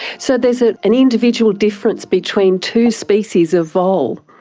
so there's ah an individual difference between two species of vole?